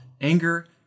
Anger